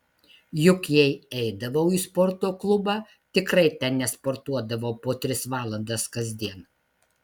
juk jei eidavau į sporto klubą tikrai ten nesportuodavau po tris valandas kasdien